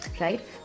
right